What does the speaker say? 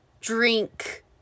drink